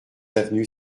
avenue